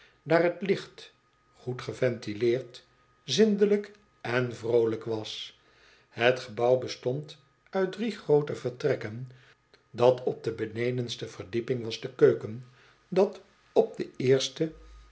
daar het licht goed geventileerd zindelijk en vroolijk was het gebouw bestond uit drie groote vertrekken dat op de benedenste verdieping was de keuken dat op de eerste